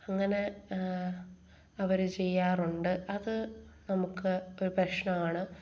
അങ്ങനെ അവർ ചെയ്യാറുണ്ട് അത് നമുക്ക് ഒരു പ്രശ്നമാണ്